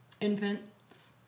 infants